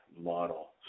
model